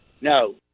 No